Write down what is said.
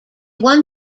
won